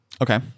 okay